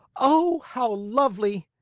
oh! how lovely!